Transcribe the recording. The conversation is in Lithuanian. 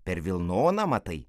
per vilnoną matai